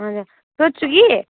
हजुर सोध्छु कि